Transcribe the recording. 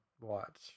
watch